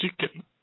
chicken